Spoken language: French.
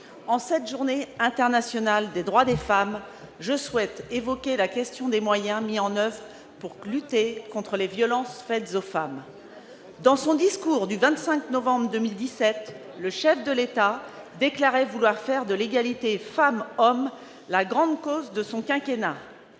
En cette Journée internationale des droits des femmes, je souhaite évoquer la question des moyens mis en oeuvre pour lutter contre les violences faites aux femmes. Dans son discours du 25 novembre 2017, le chef de l'État déclarait vouloir faire de l'égalité entre les femmes et les hommes la grande cause de son quinquennat.